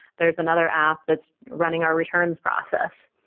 there's another app that's running our returns process.